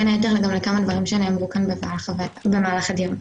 בין היתר גם לכמה דברים שנאמרו כאן במהלך הדיון.